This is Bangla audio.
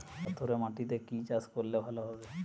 পাথরে মাটিতে কি চাষ করলে ভালো হবে?